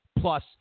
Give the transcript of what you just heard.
plus